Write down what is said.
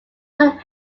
what